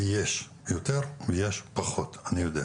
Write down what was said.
כי יש יותר ויש פחות, אני יודע.